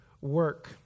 work